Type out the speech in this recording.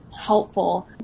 helpful